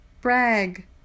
Brag